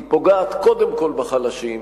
היא פוגעת קודם כול בחלשים,